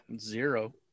zero